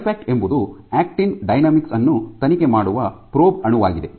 ಲೈಫ್ಯಾಕ್ಟ್ ಎಂಬುದು actin dynamics ಅನ್ನು ತನಿಖೆ ಮಾಡುವ ಪ್ರೋಬ್ ಅಣುವಾಗಿದೆ